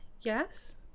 yes